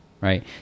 right